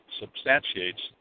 substantiates